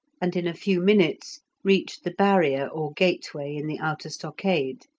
and in a few minutes reached the barrier or gateway in the outer stockade.